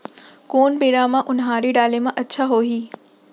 कोन बेरा म उनहारी डाले म अच्छा होही?